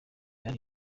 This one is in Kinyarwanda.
ari